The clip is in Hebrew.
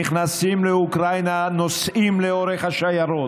נכנסים לאוקראינה, נוסעים לאורך השיירות,